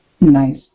Nice